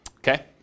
Okay